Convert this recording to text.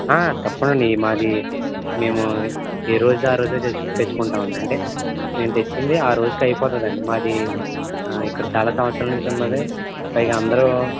తప్పకుండా అండి మాది మేము ఏ రోజుది ఆ రోజే తెచ్చు తెచ్చుకుంటామండి అంటే మేం తెచ్చింది ఆ రోజుకి అయిపోతుందండి మాది ఇక్కడ చాలా సంవత్సరాల నుంచి ఉన్నది పైగా అందరూ